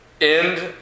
End